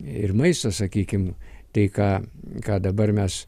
ir maistas sakykim tai ką ką dabar mes